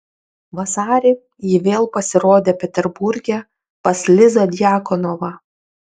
vasarį ji vėl pasirodė peterburge pas lizą djakonovą